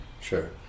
Sure